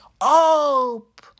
hope